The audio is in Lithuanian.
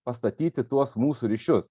pastatyti tuos mūsų ryšius